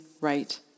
right